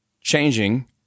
changing